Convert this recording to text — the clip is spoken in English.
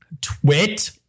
twit